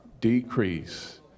decrease